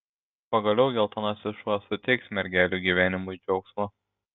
pagaliau geltonasis šuo suteiks mergelių gyvenimui džiaugsmo